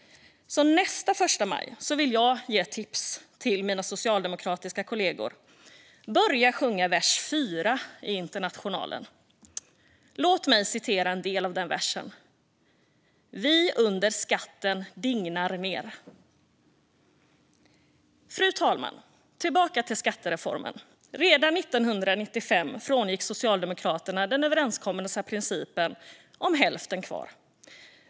Jag vill ge mina socialdemokratiska kollegor tipset att nästa första maj börja sjunga vers 4 i Internationalen . Låt mig citera en del av den versen: "Vi under skatter dignar ner." Fru talman! Tillbaka till skattereformen. Redan 1995 frångick Socialdemokraterna den överenskomna principen om hälften kvar.